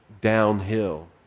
downhill